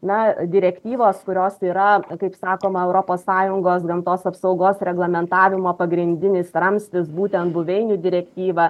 na direktyvos kurios yra kaip sakoma europos sąjungos gamtos apsaugos reglamentavimo pagrindinis ramstis būtent buveinių direktyva